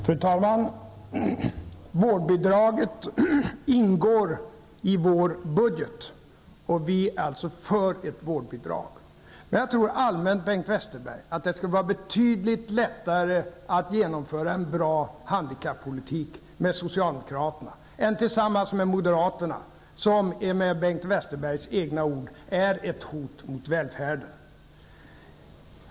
Fru talman! Vårdbidraget ingår i vår budget. Vi är alltså för ett vårdbidrag. Rent allmänt tror jag, Bengt Westerberg, att det skulle vara betydligt lättare att genomföra en bra handikappolitik tillsammans med socialdemokraterna än det skulle vara att genomföra en sådan tillsammans med moderaterna, som -- med Bengt Westerbergs egna ord -- är ett hot mot välfärden.